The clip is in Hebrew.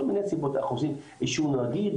כל מיני סיבות: עישון רגיל,